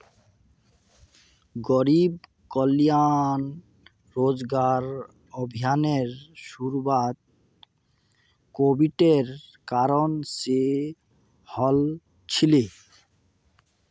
गरीब कल्याण रोजगार अभियानेर शुरुआत कोविडेर कारण से हल छिले